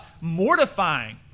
mortifying